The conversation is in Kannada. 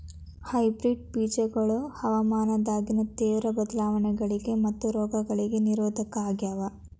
ಹೈಬ್ರಿಡ್ ಬೇಜಗೊಳ ಹವಾಮಾನದಾಗಿನ ತೇವ್ರ ಬದಲಾವಣೆಗಳಿಗ ಮತ್ತು ರೋಗಗಳಿಗ ನಿರೋಧಕ ಆಗ್ಯಾವ